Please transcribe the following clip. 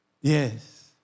Yes